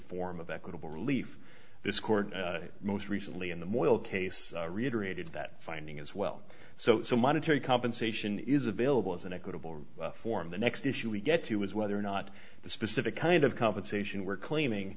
form of equitable relief this court most recently in the moral case reiterated that finding as well so monetary compensation is available as an equitable form the next issue we get to is whether or not the specific kind of compensation we're claiming